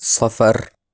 سفر